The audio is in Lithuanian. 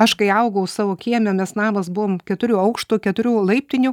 aš kai augau savo kieme mes namas buvom keturių aukštų keturių laiptinių